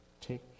take